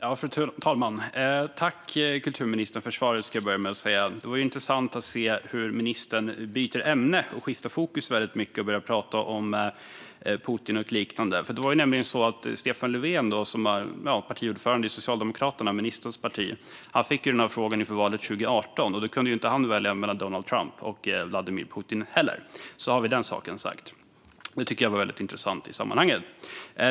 Fru talman! Tack, kulturministern, för svaret, ska jag börja med att säga. Det var intressant att se hur ministern byter ämne och väldigt mycket skiftar fokus när hon börjar prata om Putin och liknande. Det var nämligen så att Stefan Löfven, som var partiordförande för ministerns parti Socialdemokraterna, fick denna fråga inför valet 2018. Då kunde inte han heller välja mellan Donald Trump och Vladimir Putin. Då var den saken sagd - jag tycker att det var väldigt intressant i sammanhanget.